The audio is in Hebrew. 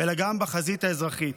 אלא גם בחזית האזרחית.